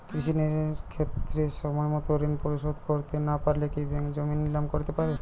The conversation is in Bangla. কৃষিঋণের ক্ষেত্রে সময়মত ঋণ পরিশোধ করতে না পারলে কি ব্যাঙ্ক জমি নিলাম করতে পারে?